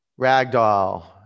ragdoll